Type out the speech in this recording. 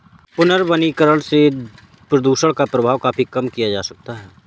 पुनर्वनीकरण से प्रदुषण का प्रभाव काफी कम किया जा सकता है